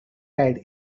had